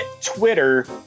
Twitter